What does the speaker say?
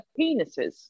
penises